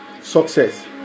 success